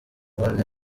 kone